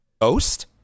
ghost